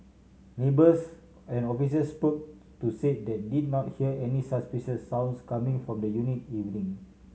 neighbours and officers spoke to said they did not hear any suspicious sounds coming from the unit evening